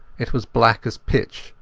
it was black as pitch,